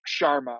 Sharma